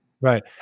right